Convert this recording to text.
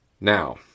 Now